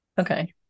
okay